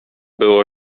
było